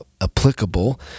applicable